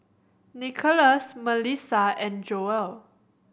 Nicolas Mellissa and Joel